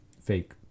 fake